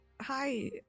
Hi